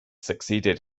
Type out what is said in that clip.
succeeded